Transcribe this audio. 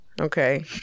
Okay